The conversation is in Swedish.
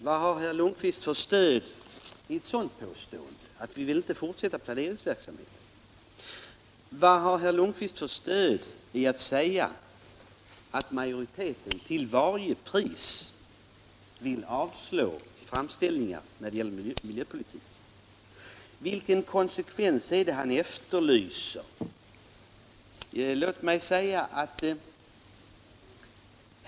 Vad har herr Lundkvist för stöd för ett sådant påstående som att vi inte vill fortsätta planeringsverksamheten? Vad har herr Lundkvist för stöd för att påstå att majoriteten till varje pris vill avstyrka framställningar när det gäller miljöpolitiken? Vilken konsekvens är det han efterlyser?